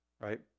Right